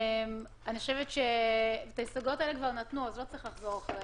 אני חושבת שאת ההסתייגויות האלה כבר נתנו אז לא צריך לחזור עליהן.